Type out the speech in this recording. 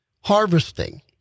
harvesting